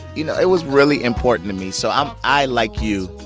you know, it was really important to me. so um i, like you,